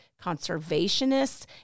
conservationists